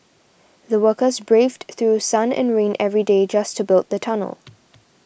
the workers braved through sun and rain every day just to build the tunnel